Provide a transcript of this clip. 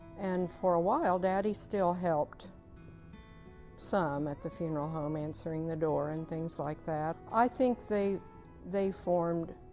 and for a while daddy still helped some at the funeral home, answering the door and things like that. i think they they formed